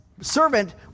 servant